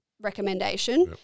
recommendation